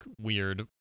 weird